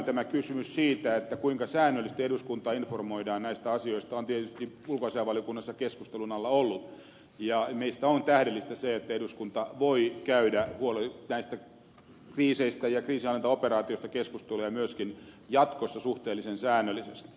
tämä kysymys siitä kuinka säännöllisesti eduskuntaa informoidaan näistä asioista on tietysti ulkoasiainvaliokunnassa keskustelun alla ollut ja meistä on tähdellistä se että eduskunta voi käydä näistä kriiseistä ja kriisinhallintaoperaatioista keskustelua ja myöskin jatkossa suhteellisen säännöllisesti